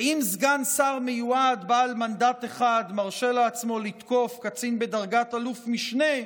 ואם סגן שר מיועד בעל מנדט אחד מרשה לעצמו לתקוף קצין בדרגת אלוף משנה,